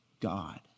God